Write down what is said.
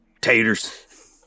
taters